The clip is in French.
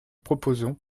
proposons